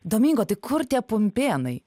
domingo tai kur tie pumpėnai